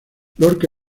lorca